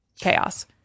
chaos